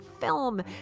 film